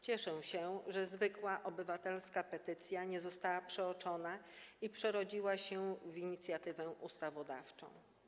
Cieszę się, że zwykła obywatelska petycja nie została przeoczona i przerodziła się w inicjatywę ustawodawczą.